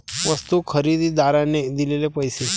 वस्तू खरेदीदाराने दिलेले पैसे